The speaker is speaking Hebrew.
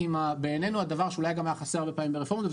בעינינו הדבר שאולי היה גם חסר ברפורמות זה